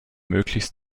möglichst